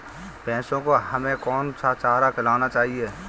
भैंसों को हमें कौन सा चारा खिलाना चाहिए?